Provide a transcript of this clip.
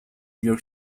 york